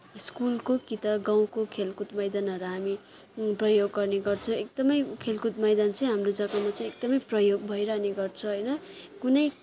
स्कुलको कि त गाउँको खेलकुद मैदानहरू हामी प्रयोग गर्ने गर्छौँ एकदमै खेलकुद मैदान चाहिँ हाम्रो जग्गामा चाहिँ एकदमै प्रयोग भइरहने गर्छ होइन कुनै